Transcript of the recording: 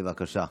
בבקשה.